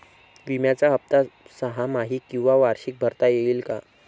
विम्याचा हफ्ता सहामाही किंवा वार्षिक भरता येईल का?